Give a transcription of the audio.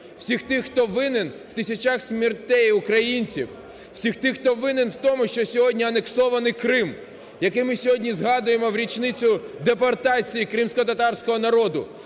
всіх тих, хто винен в тисячах смертей українців, всіх тих, хто винен в тому, що сьогодні анексований Крим, який ми сьогодні згадуємо в річницю депортації кримськотатарського народу,